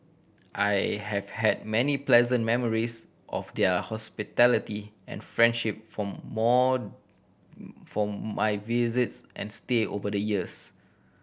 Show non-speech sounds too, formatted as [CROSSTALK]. I have had many pleasant memories of their hospitality and friendship from more [HESITATION] from my visits and stay over the years